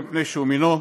אלא מפני שהוא מינו.